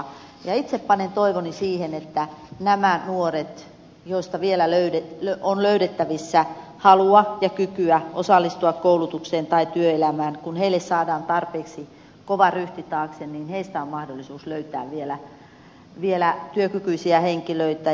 ja itse panen toivoni siihen että näistä nuorista joista vielä on löydettävissä halua ja kykyä osallistua koulutukseen tai työelämään kun heille saadaan tarpeeksi kova ryhti taakse on vielä mahdollisuus löytää työkykyisiä henkilöitä